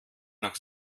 nach